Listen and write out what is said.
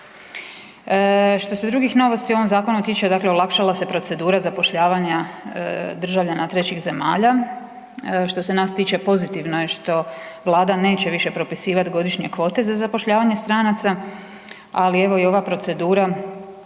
Što se drugih novosti u ovome zakonu tiče, dakle olakšala se procedura zapošljavanja državljana trećih zemalja. Što se nas tiče, pozitivno je što Vlada neće više propisivati godišnje kvote za zapošljavanje stranaca, ali evo i ova procedura